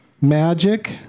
Magic